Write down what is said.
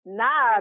nah